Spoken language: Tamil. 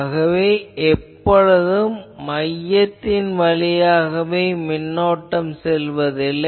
ஆகவே எப்பொழுதும் மையத்தின் வழியாகவே மின்னோட்டம் செல்வதில்லை